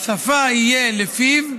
שפה יהיה לפיו,